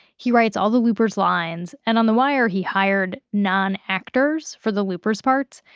he writes all the loopers' lines, and on the wire, he hired non-actors for the loopers' parts,